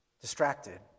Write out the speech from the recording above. distracted